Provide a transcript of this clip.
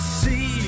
see